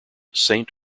saint